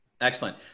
Excellent